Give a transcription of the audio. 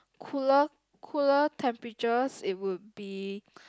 cooler cooler temperatures it would be